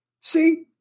see